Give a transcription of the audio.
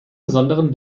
besonderen